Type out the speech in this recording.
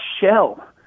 shell